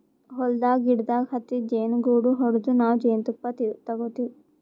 ಹೊಲದ್ದ್ ಗಿಡದಾಗ್ ಹತ್ತಿದ್ ಜೇನುಗೂಡು ಹೊಡದು ನಾವ್ ಜೇನ್ತುಪ್ಪ ತಗೋತಿವ್